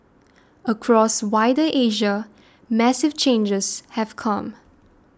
across wider Asia massive changes have come